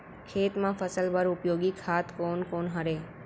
खेत म फसल बर उपयोगी खाद कोन कोन हरय?